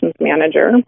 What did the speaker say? manager